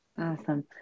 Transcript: Awesome